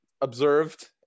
observed